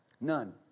None